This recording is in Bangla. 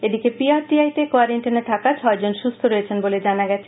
এদিকে পি আর টি আই তে কোয়ারান্টিনে থাকা ছয় জন সুস্থ রয়েছেন বলে জানা গেছে